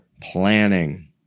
planning